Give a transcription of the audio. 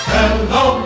Hello